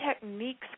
techniques